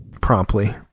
promptly